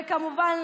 וכמובן,